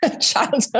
childhood